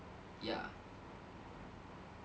ya